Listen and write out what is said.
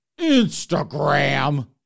Instagram